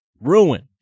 ruin